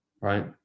right